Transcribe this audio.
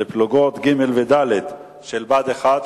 פלוגות ג' וד' של בה"ד 1,